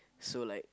so like